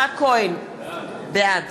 יצחק כהן, בעד